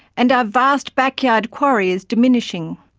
and our vast backyard quarry is diminishing.